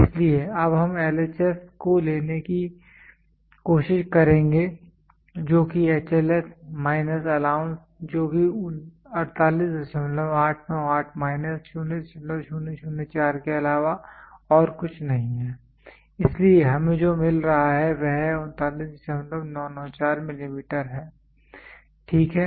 इसलिए अब हम LHS को लेने की कोशिश करेंगे जो कि HLS माइनस अलाउंस जोकि 38898 माइनस 0004 के अलावा और कुछ नहीं है इसलिए हमें जो मिल रहा है वह 39994 मिलीमीटर है ठीक है